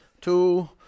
two